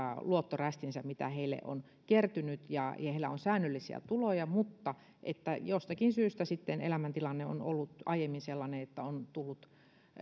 luottorästinsä mitä heille on kertynyt ja heillä on säännöllisiä tuloja mutta joilla jostakin syystä sitten elämäntilanne on ollut aiemmin sellainen että on tullut